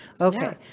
okay